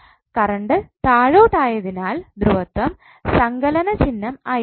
current താഴോട്ട് ആയതിനാൽ ധ്രുവത്വം സങ്കലനചിഹ്നം ആയിരിക്കും